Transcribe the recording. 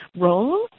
role